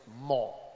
more